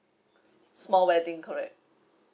small wedding correct